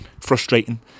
frustrating